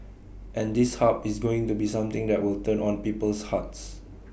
and this hub is going to be something that will turn on people's hearts